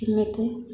किम् इति